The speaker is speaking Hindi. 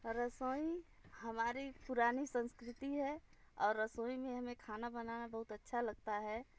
रसोई हमारी पुरानी संस्कृति है और रसोई मे हमें खाना बनाना बहुत अच्छा लगता है